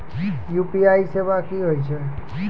UPI सेवा की होय छै?